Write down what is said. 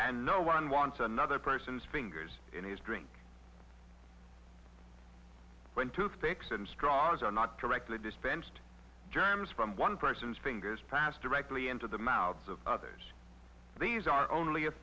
and no one wants another person's fingers in his drink when toothpicks and straws are not directly dispensed germs from one person's fingers passed directly into the mouths of others these are only a